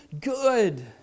good